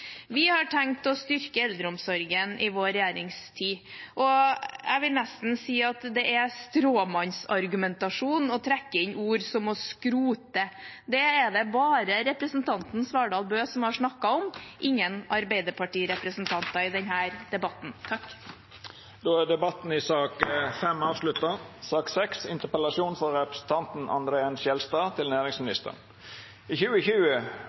Vi har tenkt å styrke eldreomsorgen i vår regjeringstid, og jeg vil nesten si at det er stråmannsargumentasjon å trekke inn ord som «å skrote». Det er det bare representanten Svardal Bøe som har snakket om, ingen Arbeiderparti-representanter, i denne debatten. Då er sak nr. 5 avslutta. Skal Norge som nasjon evne å legge til rette for eksisterende og ny industri og bidra aktivt og effektivt til